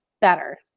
better